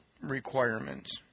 requirements